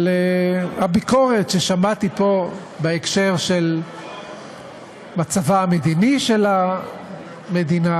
של הביקורת ששמעתי פה בהקשר של מצבה המדיני של המדינה,